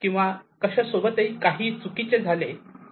किंवा कशा सोबतही काहीही चुकी चे झाले तर